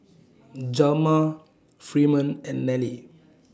Hjalmar Freeman and Nelie